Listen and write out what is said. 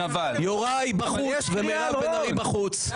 יוראי ומירב בחוץ.